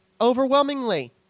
overwhelmingly